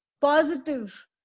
positive